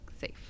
safe